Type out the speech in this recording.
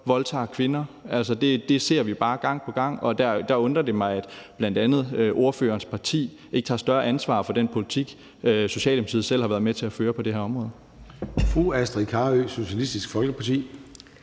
voldtager kvinder. Altså, det ser vi bare gang på gang, og der undrer det mig, at bl.a. ordførerens parti ikke tager større ansvar for den politik, Socialdemokratiet selv har været med til at føre på det her område.